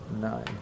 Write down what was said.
Nine